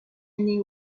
année